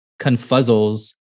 confuzzles